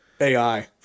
AI